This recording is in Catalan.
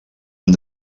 han